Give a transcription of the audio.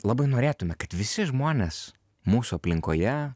labai norėtume kad visi žmonės mūsų aplinkoje